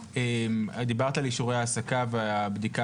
את דיברת על אישורי העסקה ועל הבדיקה